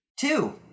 Two